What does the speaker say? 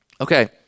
Okay